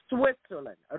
Switzerland